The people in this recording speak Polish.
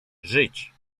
żyć